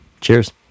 Cheers